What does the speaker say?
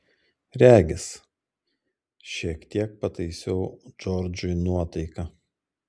regis šiek tiek pataisiau džordžui nuotaiką